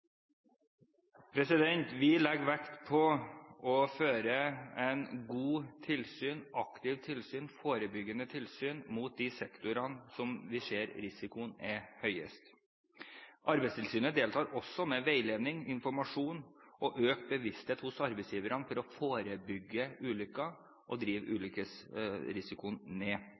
Vi legger vekt på å føre et godt, aktivt og forebyggende tilsyn mot de sektorene der vi ser at risikoen er høyest. Arbeidstilsynet deltar også med veiledning, informasjon og økt bevissthet hos arbeidsgiverne for å forebygge ulykker og drive ulykkesrisikoen ned.